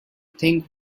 think